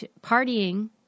partying